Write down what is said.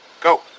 Go